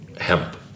hemp